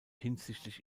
hinsichtlich